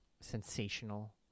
sensational